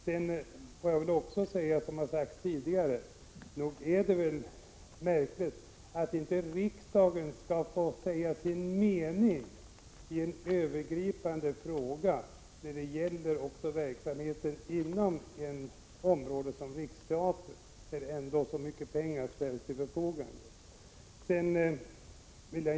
Sedan vill jag, i likhet med föregående talare, säga att nog är det märkligt att inte riksdagen skall få säga sin mening i en så övergripande fråga som denna. Det rör sig ju om verksamheten inom Riksteatern, där ändå så mycket pengar ställs till förfogande.